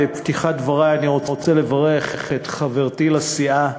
בפתיחת דברי אני רוצה לברך את חברתי לסיעה,